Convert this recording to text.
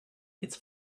its